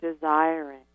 desiring